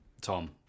Tom